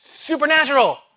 supernatural